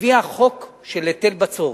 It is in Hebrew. הביאה חוק של היטל בצורת.